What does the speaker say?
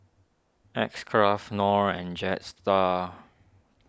X Craft Knorr and Jetstar